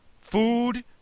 Food